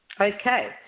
Okay